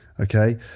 Okay